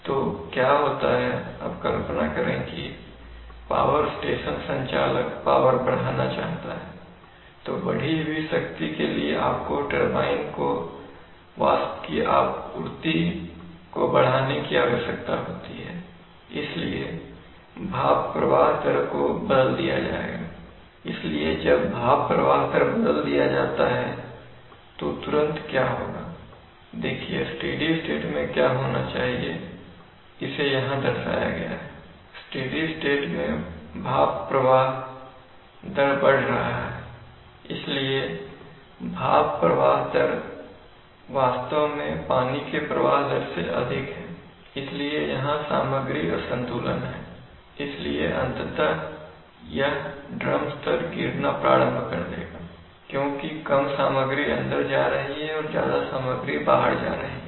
तो क्या होता है अब कल्पना करें कि पावर स्टेशन संचालक पावर बढ़ाना चाहता है तो बढ़ी हुई शक्ति के लिए आपको टरबाइन मैं वाष्प की आपूर्ति को बढ़ाने की आवश्यकता होती है इसलिए भाप प्रवाह दर को बदल दिया जाएगा इसलिए जब भाप प्रवाह दर बदल दिया जाता है तो तुरंत क्या होगा देखिए स्टेडी स्टेट में क्या होना चाहिए इसे यहां दर्शाया गया है स्टेडी स्टेट में भाप प्रवाह दर बढ़ रहा है इसलिए भाप प्रवाह दर वास्तव में पानी के प्रवाह दर से अधिक है इसलिए यहां सामग्री असंतुलन है इसलिए अंततः यह ड्रम स्तर गिरना प्रारंभ कर देगा क्योंकि कम सामग्री अंदर आ रही है और ज्यादा सामग्री बाहर जा रही है